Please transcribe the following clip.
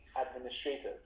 administrators